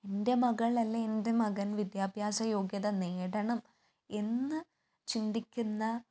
എൻ്റെ മകൾ അല്ലേ എൻ്റെ മകൻ വിദ്യാഭ്യാസ യോഗ്യത നേടണം എന്ന് ചിന്തിക്കുന്ന